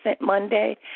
Monday